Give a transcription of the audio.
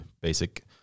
basic